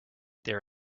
there